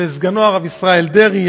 וסגנו הרב ישראל דרעי,